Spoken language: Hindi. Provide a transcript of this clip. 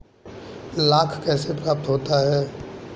लाख कैसे प्राप्त होता है?